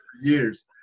years